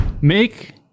Make